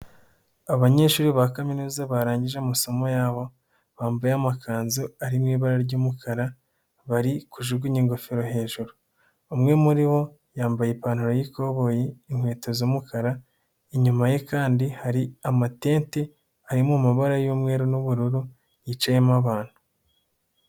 Abanyeshuri ba kaminuza barangije amasomo yabo, bambaye amakanzu ari mu ibara ry'umukara, bari kujugunya ingofero hejuru. Umwe muri bo yambaye ipantaro y'ikoboyi, inkweto z'umukara, inyuma ye kandi hari amatente ari mu mabara y'umweru n'ubururu yicayemo abantu.